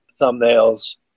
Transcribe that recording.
thumbnails